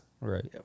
Right